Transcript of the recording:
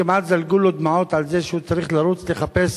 כמעט זלגו לו דמעות על זה שהוא צריך לרוץ לחפש